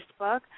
Facebook